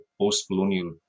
post-colonial